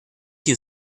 your